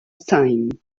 same